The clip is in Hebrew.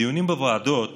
בדיונים בוועדות